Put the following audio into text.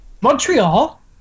Montreal